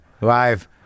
live